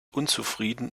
unzufrieden